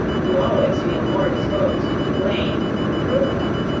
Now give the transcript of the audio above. you always feel more disposed to blame and reprove them.